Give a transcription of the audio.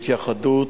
התייחדות,